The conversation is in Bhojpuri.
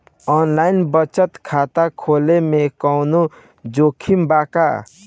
आनलाइन बचत खाता खोले में कवनो जोखिम बा का?